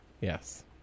Yes